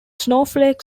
snowflake